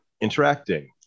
interacting